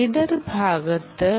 reader ഭാഗത്ത്